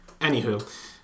anywho